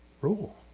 rule